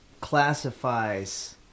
classifies